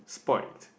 spoilt